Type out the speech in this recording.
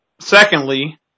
secondly